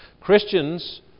Christians